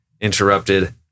interrupted